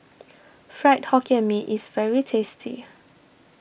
Fried Hokkien Mee is very tasty